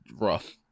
rough